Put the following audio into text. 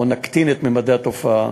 או נקטין את ממדי התופעה.